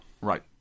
Right